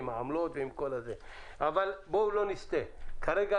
כמו שאנחנו יודעים, הוראת